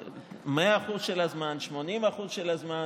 נעבור עכשיו לסוגיה שלפנינו: הצעת החוק